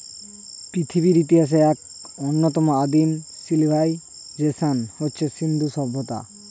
পৃথিবীর ইতিহাসের এক অন্যতম আদিম সিভিলাইজেশন হচ্ছে সিন্ধু সভ্যতা